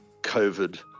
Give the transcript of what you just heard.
COVID